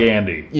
Andy